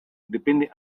depende